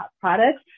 products